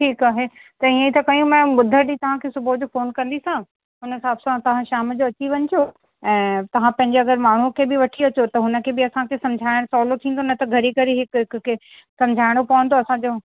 ठीकु आहे त इअं ई था कयूं मैम ॿुधर ॾींहं तव्हांखे सुबुह जो फ़ोन कंदीसांव हुन हिसाब सां तव्हां शाम जो अची वञिजो ऐं तव्हां पंहिंजे अगरि माण्हूअ खे बि वठी अचो त हुनखे बि असांखे समुझाइण सवलो थींदो न त घड़ी घड़ी हिकु हिकु कंहिं समुझाइणो पवंदो असांजो